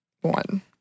one